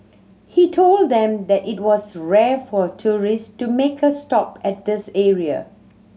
he told them that it was rare for tourists to make a stop at this area